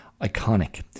iconic